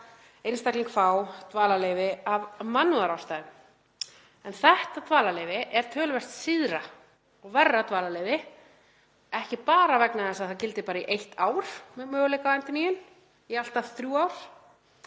einstakling fá dvalarleyfi af mannúðarástæðum. Þetta dvalarleyfi er töluvert síðra og verra dvalarleyfi, ekki bara vegna þess að það gildir bara í eitt ár með möguleika á endurnýjun í allt að þrjú ár,